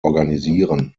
organisieren